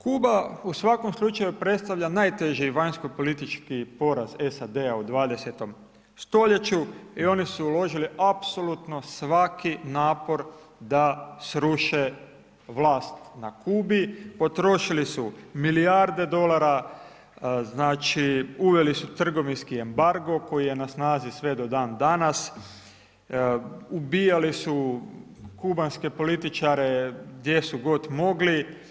Kuba u svakom slučaju predstavlja najteži vanjskopolitički poraz SAD-a u 20.-tom stoljeću i oni su uložili apsolutno svaki napor da sruše vlast na Kubi, potrošili su milijarde dolara, znači uveli tu trgovinski embargo koji je na snazi sve do dan danas, ubijali su kubanske političare, gdje su god mogli.